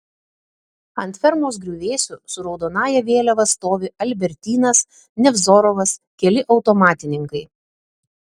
ant fermos griuvėsių su raudonąja vėliava stovi albertynas nevzorovas keli automatininkai